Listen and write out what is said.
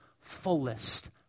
fullest